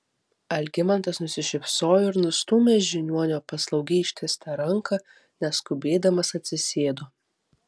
algimantas nusišypsojo ir nustūmęs žiniuonio paslaugiai ištiestą ranką neskubėdamas atsisėdo